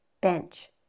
bench